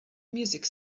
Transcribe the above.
music